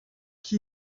qui